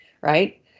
right